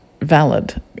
valid